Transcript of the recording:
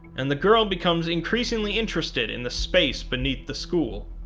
and the girl becomes increasingly interested in the space beneath the school.